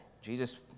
Jesus